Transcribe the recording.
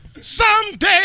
Someday